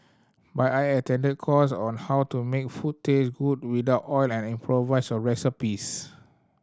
but I attended course on how to make food taste good without oil and improvise recipes